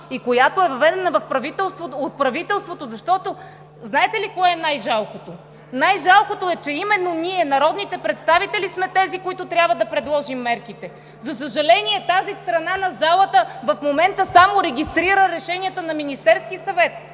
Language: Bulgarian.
и която е въведена от правителството, защото… Знаете ли кое е най-жалкото? Най-жалкото е, че именно ние, народните представители, сме тези, които трябва да предложим мерките! За съжаление, тази страна на залата (обръща се към ГЕРБ и ОП) в момента само регистрира решенията на Министерския съвет!